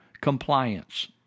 compliance